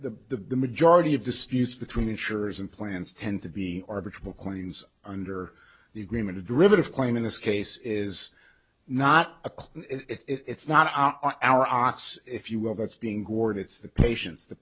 the majority of disputes between insurers and plans tend to be arbitrary claims under the agreement a derivative claim in this case is not a clear it's not our ox if you will that's being gored it's the patients the